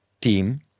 team